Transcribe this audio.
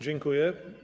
Dziękuję.